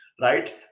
right